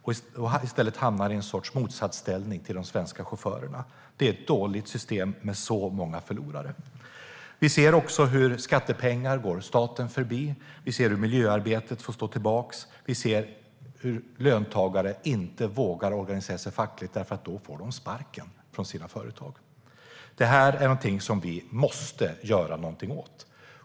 I stället hamnar de i någon sorts motsatsställning till de svenska chaufförerna. Det är ett dåligt system med så många förlorare. Vi ser också hur skattepengar går staten förbi. Vi ser hur miljöarbetet får stå tillbaka. Vi ser att löntagare inte vågar organisera sig fackligt därför att de då får sparken av sina arbetsgivare. Detta måste vi göra någonting åt.